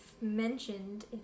mentioned